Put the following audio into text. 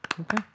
Okay